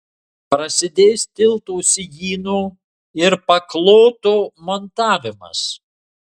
prasidės tilto sijyno ir pakloto montavimas